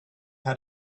how